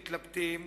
מתלבטים,